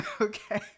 okay